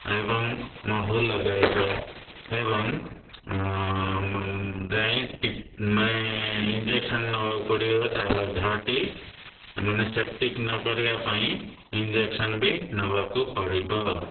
ଏବଂ ମହୁ ଲଗାଇବ ଏବଂ ମାନେ ଇଞ୍ଜେକ୍ସନ୍ ନେବାକୁ ପଡ଼ିବ ଘା'ଟି ମାନେ ସେପ୍ଟିକ୍ ନକରିବା ପାଇଁ ଇଞ୍ଜେକ୍ସନ୍ ବି ନେବାକୁ ପଡ଼ିବ